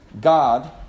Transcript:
God